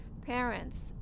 Parents